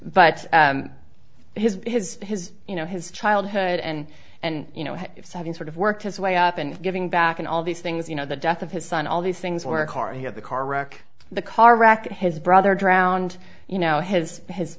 t his his his you know his childhood and and you know having sort of worked his way up and giving back and all these things you know the death of his son all these things where a car hit the car wreck the car racket his brother drowned you know his his